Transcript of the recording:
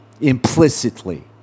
implicitly